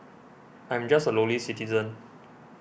I'm just a lowly citizen